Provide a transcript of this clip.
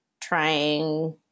trying